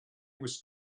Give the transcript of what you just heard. was